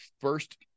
first